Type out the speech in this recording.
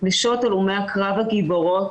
נשות הלומי הקרב הגיבורות,